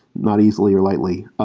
not easily or lightly.